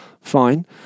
Fine